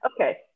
Okay